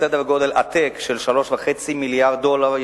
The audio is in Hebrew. בסדר-גודל עתק של 3.5 מיליארדי דולר,